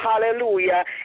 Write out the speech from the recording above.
hallelujah